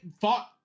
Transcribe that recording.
fought